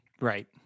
Right